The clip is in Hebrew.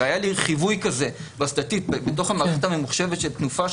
והיה לי חיווי כזה בתוך המערכת הממוחשבת של תנופה,